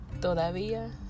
todavía